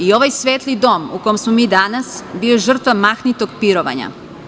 I ovaj svetli dom u kom smo mi danas bio je žrtva mahnitog pirovanja.